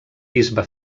bisbe